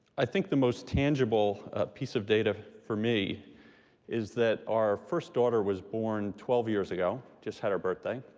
i think the most tangible piece of data for me is that our first daughter was born twelve years ago, just had her birthday.